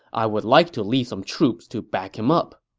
i would like to lead some troops to back him up.